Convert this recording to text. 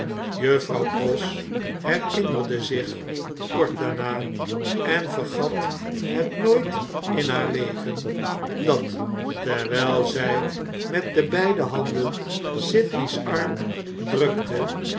juffrouw pross herinnerde zich kort daarna en vergat het nooit in haar leven dat terwijl zij met de beide handen sydney's arm